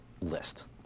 list